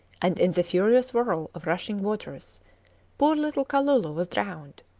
and in the furious whirl of rushing waters poor little kalulu was drowned.